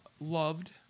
loved